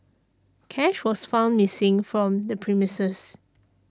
cash was found missing from the premises